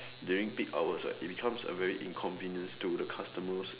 during peak hours right it becomes a very inconvenience to the customers